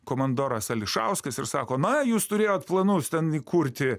komandoras ališauskas ir sako na jūs turėjot planus ten įkurti